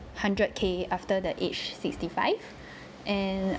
hundred K after the aged sixty five and